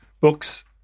books